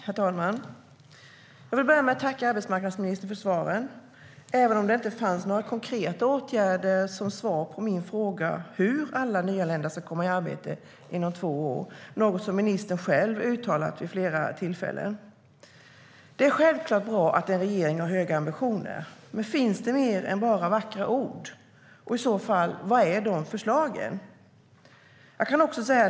Herr talman! Jag vill börja med att tacka arbetsmarknadsministern för svaret, även om det inte innehöll några konkreta åtgärder som svar på min fråga hur alla nyanlända ska komma i arbete inom två år, något som ministern själv har uttalat vid flera tillfällen. Det är självklart bra att en regering har höga ambitioner. Men finns det mer än bara vackra ord? Och i så fall: Var är dessa förslag?